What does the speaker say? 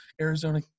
arizona